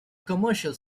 commercial